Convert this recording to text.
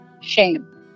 shame